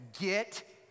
get